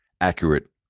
accurate